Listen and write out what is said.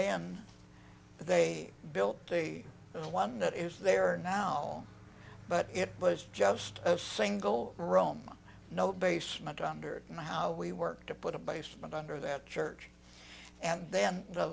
then they built they the one that is there now but it was just a single rome no basement under it and how we work to put a basement under that church and then the